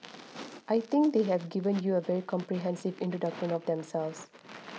I think they have given you a very comprehensive introduction of themselves